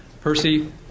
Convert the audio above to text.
Percy